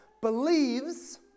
believes